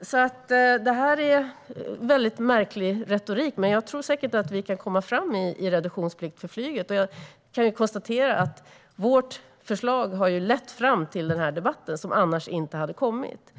Detta är en väldigt märklig retorik. Men jag tror säkert att vi kan komma framåt när det gäller reduktionsplikt för flyget. Jag kan konstatera att vårt förslag har lett fram till denna debatt, som annars inte hade kommit.